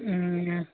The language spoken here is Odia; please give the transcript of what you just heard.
ହୁଁ